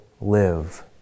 live